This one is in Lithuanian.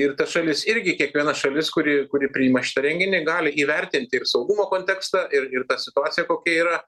ir ta šalis irgi kiekviena šalis kuri kuri priima šitą renginį gali įvertinti ir saugumo kontekstą ir ir tą situaciją kokia yra